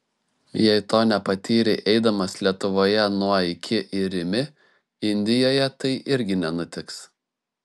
jei to nepatyrei eidamas lietuvoje nuo iki į rimi indijoje tai irgi nenutiks